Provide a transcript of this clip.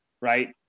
right